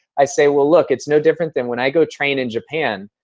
i say, well, look, it's no different than when i go train in japan.